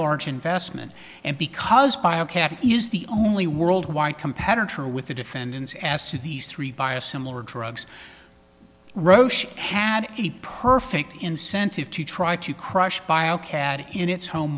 large investment and because by a cat is the only worldwide competitor with the defendants as to these three by a similar drugs roche had the perfect incentive to try to crush bio cad in its home